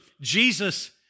Jesus